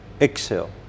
exhale